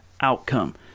outcome